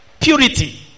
Purity